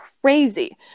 crazy